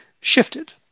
shifted